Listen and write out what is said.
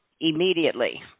immediately